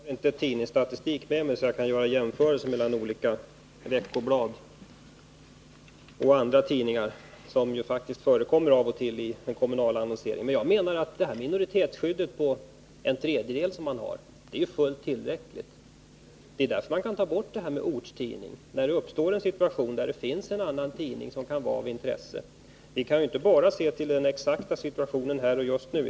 Herr talman! Jag har inte Tidningsstatistik med mig, så att jag kan göra jämförelser mellan olika veckoblad och andra tidningar, som faktiskt förekommer av och till när det gäller kommunal annonsering. Men jag menar att minoritetsskyddet för en tredjedel av rösterna är fullt tillräckligt. Det är därför man kan ta bort begreppet ”ortstidning”, när det uppstår en situation där det finns en annan tidning som kan vara av intresse. Vi kan ju inte bara se till den exakta situationen här och just nu.